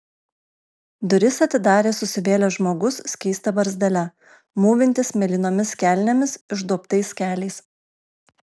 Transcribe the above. duris atidarė susivėlęs žmogus skysta barzdele mūvintis mėlynomis kelnėmis išduobtais keliais